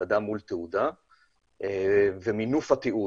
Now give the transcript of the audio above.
אדם מול תעודה ומינוף התיעוד.